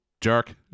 jerk